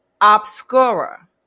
Obscura